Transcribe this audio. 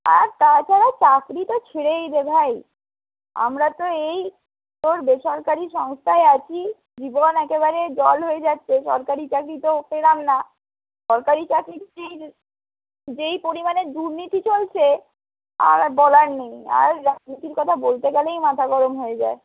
আর তাছাড়া চাকরি তো ছেড়েই দে ভাই আমরা তো এই তোর বেসরকারি সংস্থায় আছি জীবন একেবারে জল হয়ে যাচ্ছে সরকারি চাকরি তো পেলাম না সরকারি চাকরি কি যেই পরিমাণে দুর্নীতি চলছে আর বলার নেই আর রাজনীতির কথা বলতে গেলেই মাথা গরম হয়ে যায়